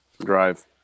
drive